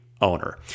owner